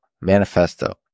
Manifesto